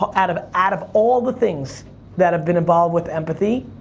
um out of out of all the things that have been involved with empathy,